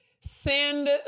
send